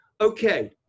Okay